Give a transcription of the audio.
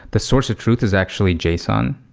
the source of truth is actually json.